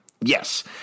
Yes